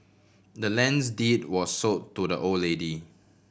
the land's deed was sold to the old lady